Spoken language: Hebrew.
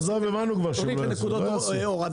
עזוב, הבנו כבר שהם לא יעשו.